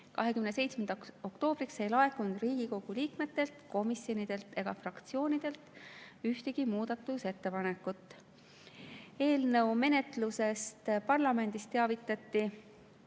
27. oktoobriks ei laekunud Riigikogu liikmetelt, komisjonidelt ega fraktsioonidelt ühtegi muudatusettepanekut. Eelnõu menetlusest parlamendis teavitati